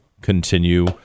continue